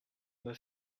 m’a